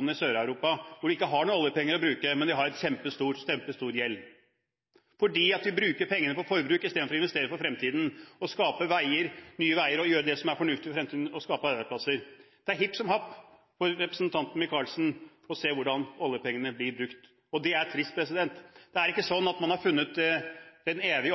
i Sør-Europa, hvor de ikke har noen oljepenger å bruke, men har en kjempestor gjeld, for vi bruker pengene på forbruk istedenfor å investere for fremtiden – bygge nye veier og gjøre det som er fornuftig, og skape arbeidsplasser. Det er hipp som happ for representanten Micaelsen hvordan oljepengene blir brukt. Det er trist. Det er ikke sånn at man har funnet